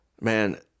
Man